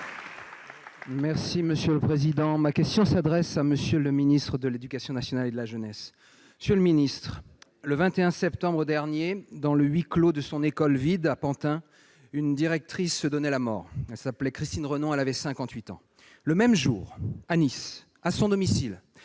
Les Républicains. Ma question s'adresse à M. le ministre de l'éducation nationale et de la jeunesse. Monsieur le ministre, le 21 septembre dernier, dans le huis clos de son école vide, à Pantin, une directrice se donnait la mort. Elle s'appelait Christine Renon. Elle avait cinquante-huit ans. Le même jour, à Nice, à son domicile,